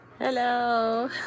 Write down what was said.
Hello